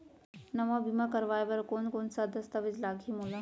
नवा बीमा करवाय बर कोन कोन स दस्तावेज लागही मोला?